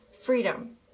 freedom